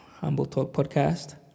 humbletalkpodcast